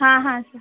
हा हा सर